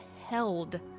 held